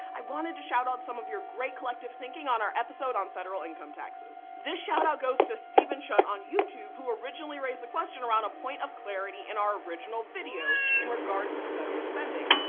i wanted to shout out some of your great collective thinking on our episode on federal income taxes. this shout out goes to steven schutt on youtube, who originally raised the question around a point of clarity in our original video in regards to federal spending.